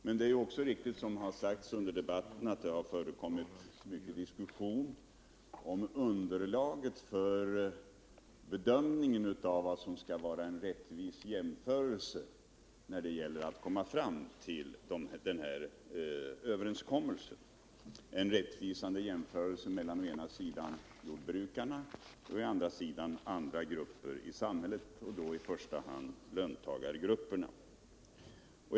Men det är också riktigt, som har sagts under debatten, att det har förekommit mycken diskussion om underlaget för bedömningen av vad som skall vara en rättvis jämförelse mellan å ena sidan Jordbrukarna och å andra sidan andra grupper i samhället, i första hand löntagargrupperna, när det gäller att komma fram till denna överenskommelse.